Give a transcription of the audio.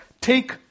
take